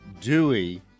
Dewey